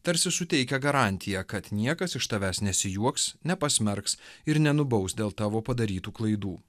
tarsi suteikia garantiją kad niekas iš tavęs nesijuoks nepasmerks ir nenubaus dėl tavo padarytų klaidų